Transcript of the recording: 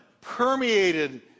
permeated